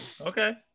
Okay